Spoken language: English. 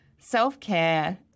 Self-care